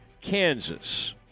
Kansas